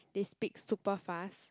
they speak super fast